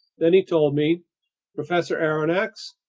then he told me professor aronnax,